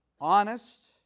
honest